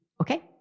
Okay